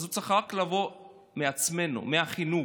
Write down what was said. הוא צריך לבוא רק מעצמנו, מהחינוך.